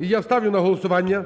І я ставлю на голосування